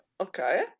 Okay